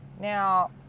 Now